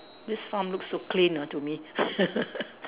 this farm looks so clean ah to me